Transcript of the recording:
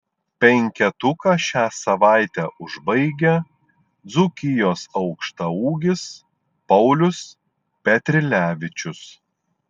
penketuką šią savaitę užbaigia dzūkijos aukštaūgis paulius petrilevičius